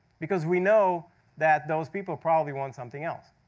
because we know that those people probably want something else.